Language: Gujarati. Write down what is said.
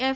એફ